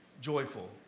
joyful